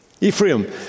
Ephraim